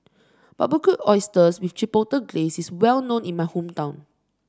Barbecued Oysters with Chipotle Glaze is well known in my hometown